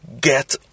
Get